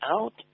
out